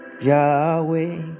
Yahweh